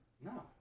No